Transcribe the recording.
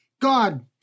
God